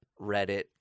Reddit